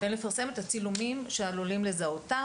אין לפרסם את הצילומים שעלולים לזהותם,